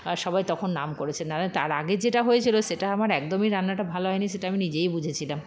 আর সবাই তখন নাম করেছে নাহলে তার আগে যেটা হয়েছিল সেটা আমার একদমই রান্নাটা ভালো হয়নি সেটা আমি নিজেই বুঝেছিলাম